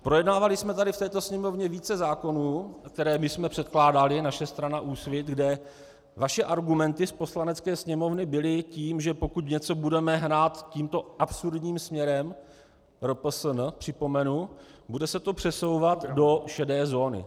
Projednávali jsme v této Sněmovně více zákonů, které bychom předkládali, naše strana Úsvit, kde vaše argumenty z Poslanecké sněmovny byly tím, že pokud něco budeme hnát tímto absurdním směrem, RPSN připomenu, bude se to přesouvat do šedé zóny.